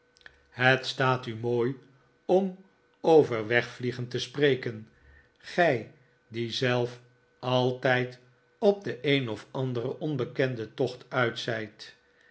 het staat u mooi om over wegvliegen te spreken gij die zelf altijd op den een of anderen onbekenden tocht uit zijt